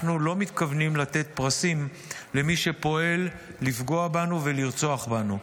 אנחנו לא מתכוונים לתת פרסים למי שפועל לפגוע בנו ולרצוח בנו.